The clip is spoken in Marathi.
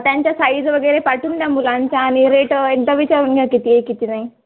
त्यांच्या साईज वगैरे पाठवून द्या मुलांच्या आणि रेट एकदा विचारून घ्या किती आहे किती नाही